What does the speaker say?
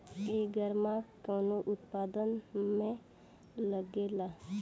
एगमार्क कवने उत्पाद मैं लगेला?